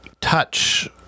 touch